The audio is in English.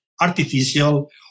artificial